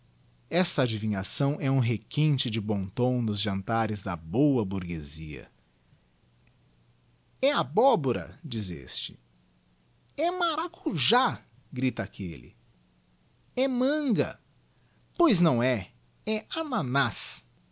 esta advinhação é um requinte de bom tom nos jantares da boa burguezia e abóbora diz este e maracujá grita aquelle e manga pois não é é